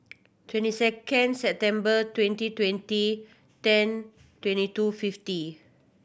twenty second September twenty twenty ten twenty two fifty